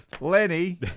Lenny